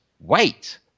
wait